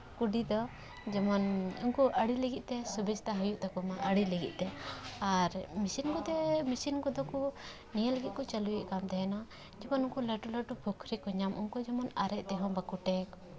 ᱠᱩᱰᱤ ᱫᱚ ᱡᱮᱢᱚᱱ ᱩᱱᱠᱩ ᱟᱲᱮ ᱞᱟᱹᱜᱤᱫ ᱛᱮ ᱥᱩᱵᱤᱥᱛᱟ ᱦᱩᱭᱩᱜ ᱛᱟᱠᱚ ᱢᱟ ᱟᱲᱮ ᱞᱟᱹᱜᱤᱫ ᱛᱮ ᱟᱨ ᱢᱮᱥᱤᱱ ᱠᱚᱛᱮ ᱢᱮᱥᱤᱱ ᱠᱚᱫᱚ ᱱᱤᱭᱟᱹ ᱞᱟᱹᱜᱤᱫ ᱠᱚ ᱪᱟᱹᱞᱩᱭᱮᱜ ᱛᱟᱦᱮᱱᱟ ᱡᱚᱠᱷᱚᱱ ᱩᱱᱠᱩ ᱞᱟᱹᱴᱩ ᱞᱟᱹᱴᱩ ᱯᱩᱠᱷᱨᱤ ᱠᱚ ᱧᱟᱢ ᱩᱱᱠᱩ ᱡᱮᱢᱚᱱ ᱟᱨᱮᱡ ᱛᱮᱦᱚᱸ ᱵᱟᱠᱚ ᱴᱮᱠ